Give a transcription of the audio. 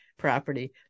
property